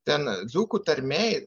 ten dzūkų tarmėj